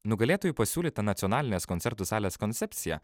nugalėtojų pasiūlyta nacionalinės koncertų salės koncepcija